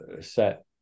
set